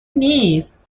نیست